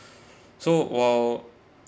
so while